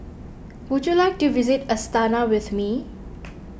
would you like to visit Astana with me